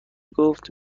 گفت